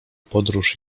podróż